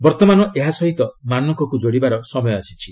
ବର୍ତ୍ତମାନ ଏହା ସହ ମାନକକୁ ଯୋଡ଼ିବାର ସମୟ ଆସିଛି